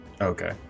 Okay